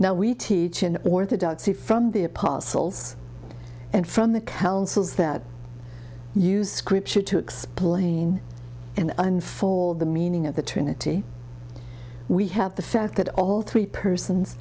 now we teach in orthodoxy from the apostles and from the councils that you scripture to explain and unfold the meaning of the trinity we have the fact that all three persons